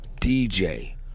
DJ